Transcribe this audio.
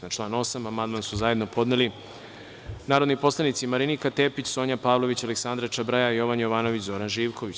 Na član 8. amandman su zajedno podneli narodni poslanici Marinika Tepić, Sonja Pavlović, Aleksandra Čobraja, Jovan Jovanović i Zoran Živković.